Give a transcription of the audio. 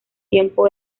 tiempo